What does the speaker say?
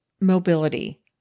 mobility